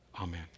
Amen